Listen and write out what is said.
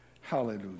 Hallelujah